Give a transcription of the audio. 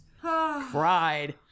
Cried